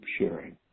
sharing